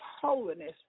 holiness